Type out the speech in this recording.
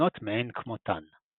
מסוכנות מאין כמותן.